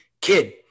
kid